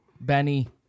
Benny